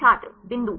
छात्र बिंदु